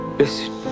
Listen